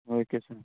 okay sir